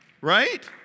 right